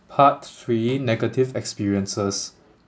part three negative experiences